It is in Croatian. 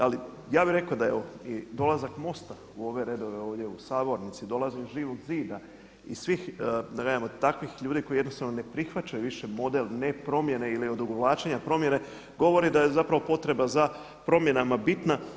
Ali ja bih rekao da i dolazak MOST-a u ove redove ovdje u Sabornici, dolazi iz Živog zida, iz svih da kažem takvih ljudi koji jednostavno ne prihvaćaju više model ne promjene ili odugovlačenja promjene govori da je zapravo potreba za promjenama bitna.